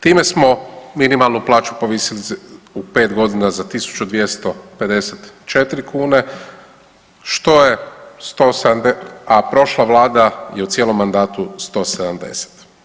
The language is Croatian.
Time smo minimalnu plaću povisili u pet godina za 1254 kune što je, a prošla Vlada je u cijelom mandatu 170.